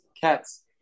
cats